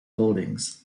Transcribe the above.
holdings